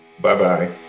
Bye-bye